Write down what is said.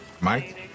Mike